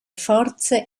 forze